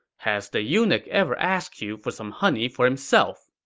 has the eunuch ever asked you for some honey for himself?